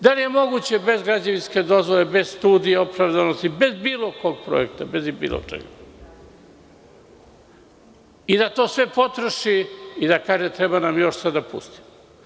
Da li je moguće bez građevinske dozvole, bez studije opravdanosti, bez bilo kog projekta, bez bilo čega i da to sve potroši i da kaže - treba nam još, sve da pustim?